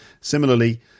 Similarly